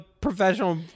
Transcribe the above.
professional